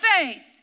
faith